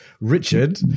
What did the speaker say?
Richard